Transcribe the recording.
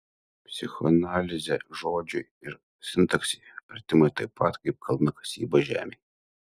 psichoanalizė žodžiui ir sintaksei artima taip pat kaip kalnakasyba žemei